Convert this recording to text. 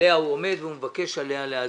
עליה הוא עומד והוא מבקש עליה להצביע.